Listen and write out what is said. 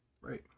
Right